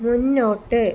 മുന്നോട്ട്